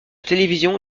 télévision